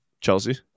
Chelsea